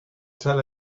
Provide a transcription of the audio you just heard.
tell